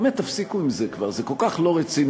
באמת תפסיקו עם זה כבר, זה כל כך לא רציני.